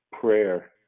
prayer